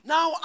Now